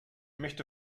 möchte